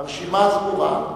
הרשימה סגורה.